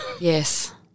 Yes